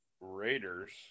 Raiders